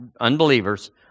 unbelievers